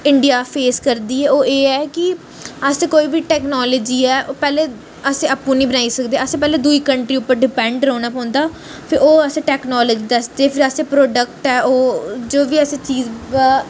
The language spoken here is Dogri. इंडिया फेस करदी ऐ ओह् एह् ऐ कि अस कोई बी टेक्नोलॉजी ऐ पैह्ले अस आपूं नेईं बनाई सकदे असें पैह्ले दुई कंट्री उप्पर डिपेंड रौह्ना पौंदा फेर ओह् असें टेक्नोलॉजी दसदे फिर असें प्रोडक्ट ऐ ओह् जो बी अस चीज